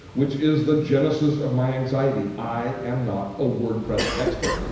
which is the genesis of my anxiety. i am not a wordpress expert.